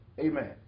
amen